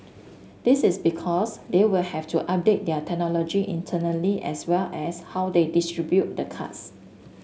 this is because they will have to update their technology internally as well as how they distribute the cards